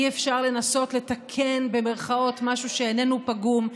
אי-אפשר לנסות "לתקן" במירכאות משהו שאיננו פגום.